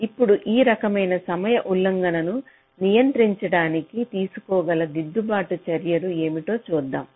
ఇప్పుడు ఈ రకమైన సమయ ఉల్లంఘనలను నియంత్రించడానికి తీసుకోగల దిద్దుబాటు చర్యలు ఏమిటో చూద్దాం